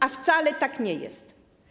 A wcale tak nie jest.